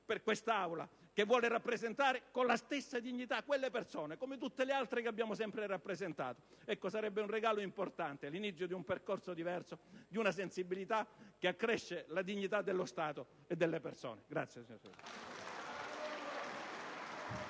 per questa Aula, che vuole rappresentare con la stessa dignità quelle persone come tutte le altre che ha sempre rappresentato, sarebbe come un dono di Natale, l'inizio di un percorso diverso, di una sensibilità che accresce la dignità dello Stato e delle persone. *(Vivi applausi.